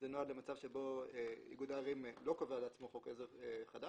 זה נוהל למצב שבו איגוד הערים לא קובע לעצמו חוק עזר חדש,